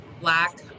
Black